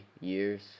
years